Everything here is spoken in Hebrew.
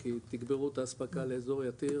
כי תגברו את האספקה לאזור יתיר